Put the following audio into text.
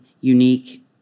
unique